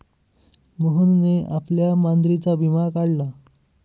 मोहनने आपल्या मांजरीचा विमा काढला